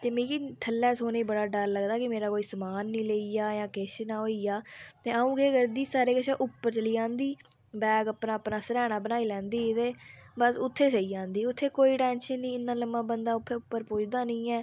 ते मिगी थल्लै सोने गी बड़ा डर लगदा की मेरा कोई समान निं लेई जा जां कोई किश ते अंऊ केह् करदी सारें कोला उप्पर चली जंदी बैग अपना अपना सरैह्ना बनाई लैंदी ते बस्स उत्थें सेई जंदी ते उत्थें कोई टैंशन न इंया बंदा उप्पर पुज्जदा निं ऐ